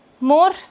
more